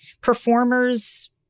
performers